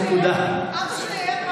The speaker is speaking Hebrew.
אבא שלי היה,